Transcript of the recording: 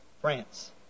France